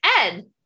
Ed